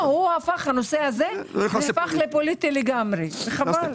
הנושא הזה הפך לנושא פוליטי וחבל.